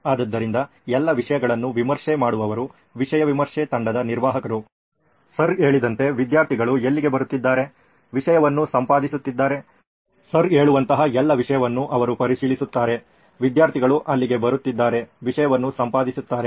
ಆದ್ದರಿಂದ ಎಲ್ಲ ವಿಷಯಗಳನ್ನು ವಿಮರ್ಶೆ ಮಾಡುವವರು ವಿಷಯ ವಿಮರ್ಶೆ ತಂಡದ ನಿರ್ವಾಹಕರು ಸರ್ ಹೇಳಿದಂತೆ ವಿದ್ಯಾರ್ಥಿಗಳು ಎಲ್ಲಿಗೆ ಬರುತ್ತಿದ್ದಾರೆ ವಿಷಯವನ್ನು ಸಂಪಾದಿಸುತ್ತಿದ್ದಾರೆ ಸರ್ ಹೇಳುವಂತಹ ಎಲ್ಲ ವಿಷಯವನ್ನು ಅವರು ಪರಿಶೀಲಿಸುತ್ತಾರೆ ವಿದ್ಯಾರ್ಥಿಗಳು ಅಲ್ಲಿಗೆ ಬರುತ್ತಿದ್ದಾರೆ ವಿಷಯವನ್ನು ಸಂಪಾದಿಸುತ್ತಾರೆ